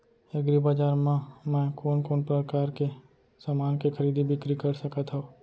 एग्रीबजार मा मैं कोन कोन परकार के समान के खरीदी बिक्री कर सकत हव?